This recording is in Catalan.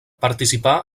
participà